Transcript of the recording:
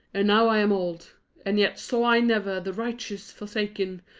and now am old and yet saw i never the righteous forsaken,